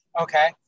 Okay